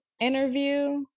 interview